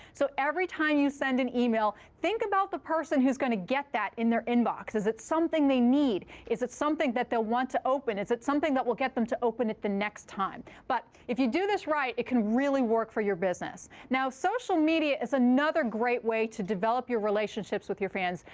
so every time you send an email, think about the person who's going to get that in their inbox. is it something they need? is it something that they'll want to open? is it something that will get them to open it the next time? but if you do this right, it can really work for your business. now, social media is another great way to develop your relationships with your fans.